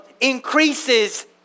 increases